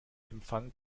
empfang